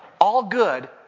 all-good